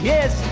Yes